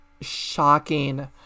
shocking